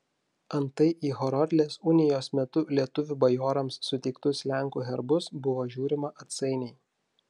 antai į horodlės unijos metu lietuvių bajorams suteiktus lenkų herbus buvo žiūrima atsainiai